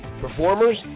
performers